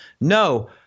No